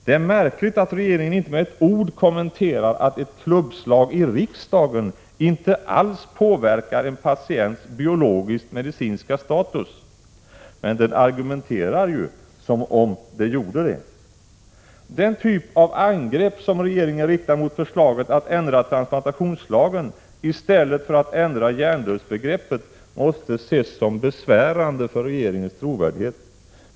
Det är märkligt att regeringen inte med ett ord kommenterar att ett klubbslag i riksdagen inte alls påverkar en patients biologisk-medicinska status — den argumenterar som om det gjorde det. Den typ av angrepp som regeringen riktar mot förslaget att ändra transplantationslagen i stället för att införa hjärndödsbegreppet måste ses som besvärande för regeringens trovärdighet.